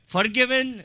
Forgiven